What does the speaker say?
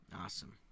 Awesome